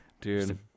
dude